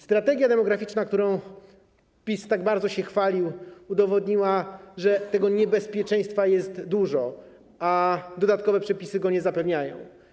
Strategia demograficzna, którą PiS tak bardzo się chwalił, udowodniła, że tego bezpieczeństwa nie jest dużo, a dodatkowe przepisy go nie zapewniają.